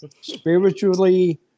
Spiritually